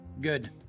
Good